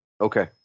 Okay